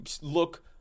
look